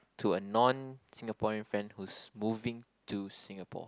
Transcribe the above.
to a non-Singaporean friend who's moving to Singapore